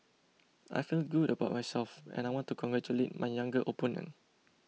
I feel good about myself and I want to congratulate my younger opponent